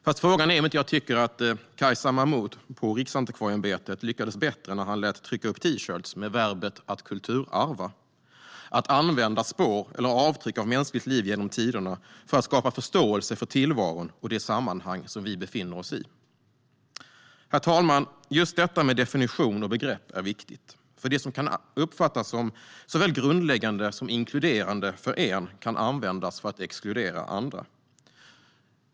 Fast frågan är om jag inte tycker att Qaisar Mahmood på Riksantikvarieämbetet lyckades bättre när han lät trycka upp T-shirtar med verbet "att kulturarva", som där definieras som "att använda spår eller avtryck av mänskligt liv genom tiderna för att skapa förståelse för tillvaron och det sammanhang vi befinner oss i". Herr talman! Just detta med definitioner och begrepp är viktigt, för det som kan uppfattas som såväl grundläggande som inkluderande för en kan användas för att exkludera andra.